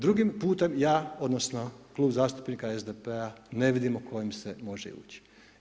Drugim putem ja, odnosno klub zastupnika SDP-a ne vidimo kojim se može ići.